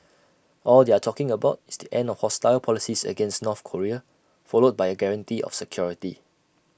all they are talking about is the end of hostile policies against North Korea followed by A guarantee of security